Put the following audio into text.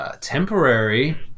temporary